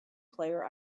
player